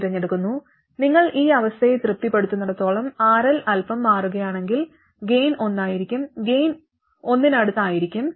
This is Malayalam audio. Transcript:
തിരഞ്ഞെടുക്കുന്നു നിങ്ങൾ ഈ അവസ്ഥയെ തൃപ്തിപ്പെടുത്തുന്നിടത്തോളം RL അല്പം മാറുകയാണെങ്കിൽ ഗൈൻ ഒന്നായിരിക്കും ഗൈൻ ഒന്നിനടുത്തായിരിക്കും